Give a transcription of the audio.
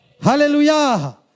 Hallelujah